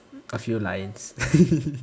a few lines